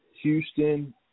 Houston